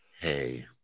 hey